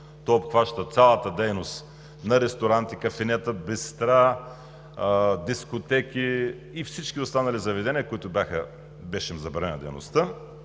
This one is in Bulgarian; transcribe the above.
То обхваща цялата дейност на ресторанти, кафенета, бистра, дискотеки и всички останали заведения, на които им беше забранена дейността.